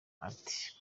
ati